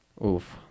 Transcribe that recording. Oof